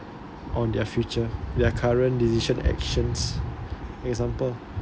on their future their current decision actions example